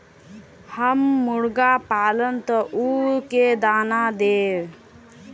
हम मुर्गा पालव तो उ के दाना देव?